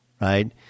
right